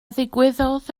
ddigwyddodd